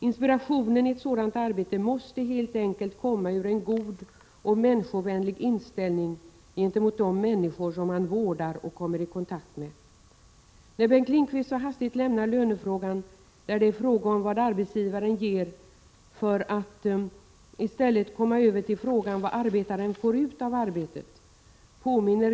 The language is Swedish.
Inspirationen i ett sådant arbete måste helt enkelt komma ur en god och människovänlig inställning gentemot de människor som man vårdar och kommer i kontakt med. Bengt Lindqvist lämnar hastigt lönefrågan, där det gäller vad arbetsgivaren ger, för att i stället komma över till frågan vad arbetaren får ut av sin arbetsuppgift.